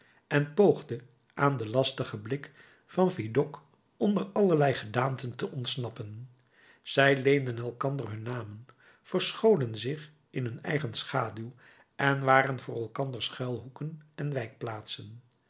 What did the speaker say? en poogde aan den lastigen blik van vidocq onder allerlei gedaanten te ontsnappen zij leenden elkander hun namen verscholen zich in hun eigen schaduw en waren voor elkander schuilhoeken en